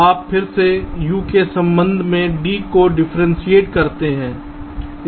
आप फिर से U के संबंध में D को डिफ्रेंसिट करते हैं